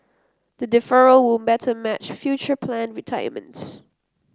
the deferral were matter match future planned retirements